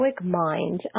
mind